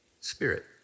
spirit